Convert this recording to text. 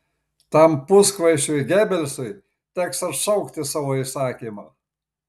tam puskvaišiui gebelsui teks atšaukti savo įsakymą